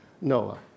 Noah